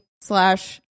slash